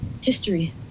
history